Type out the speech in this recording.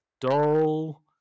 Dull